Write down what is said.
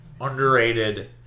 underrated